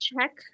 check